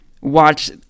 watch